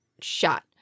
shot